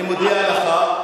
אני מודיע לך,